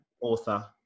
Author